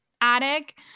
attic